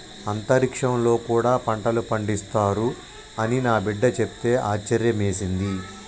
అంతరిక్షంలో కూడా పంటలు పండిస్తారు అని నా బిడ్డ చెప్తే ఆశ్యర్యమేసింది